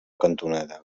cantonada